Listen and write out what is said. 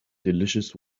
delicious